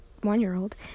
one-year-old